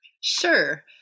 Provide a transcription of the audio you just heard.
Sure